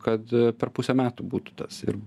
kad per pusę metų būtų tas ir